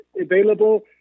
available